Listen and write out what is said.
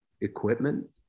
equipment